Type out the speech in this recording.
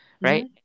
right